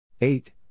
eight